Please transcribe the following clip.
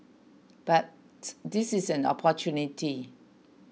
but this is an opportunity